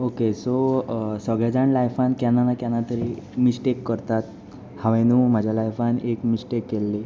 okay so सगळे जाण लायफान केन्ना ना केन्ना तरी मिश्टेक करतात हांवेंनू म्हाजे लायफान एक मिश्टेक केल्ली